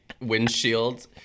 windshield